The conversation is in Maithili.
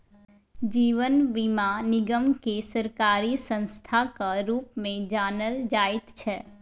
जीवन बीमा निगमकेँ सरकारी संस्थाक रूपमे जानल जाइत छै